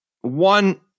one